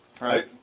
Right